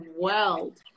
world